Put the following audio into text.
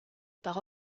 par